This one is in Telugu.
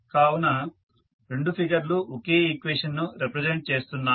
కావున రెండు ఫిగర్ లు ఒకే ఈక్వేషన్ ని రిప్రజెంట్ చేస్తున్నాయి